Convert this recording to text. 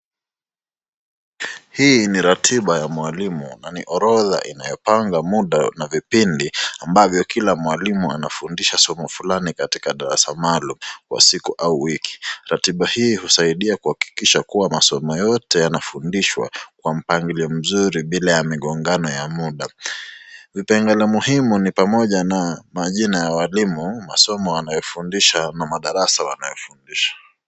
Hii ni ratiba ya mwalimu na ni orodha inayopanga muda na vipindi ambavyo kila mwalimu anafundisha somo fulani katika darasa maalum kwa siku au wiki, ratiba hii husaidia kuhakikisha kuwa masomo yote yanafundishwa kwa mpangilio mzuri bila ya migongano ya muda, vipengele muhimu ni pamoja na majina ya walimu, masomo yanayofundisha na madarasa yanayofundisha.